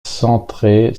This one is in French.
centrée